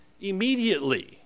immediately